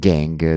Gang